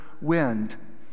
wind